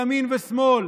ימין ושמאל,